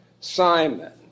Simon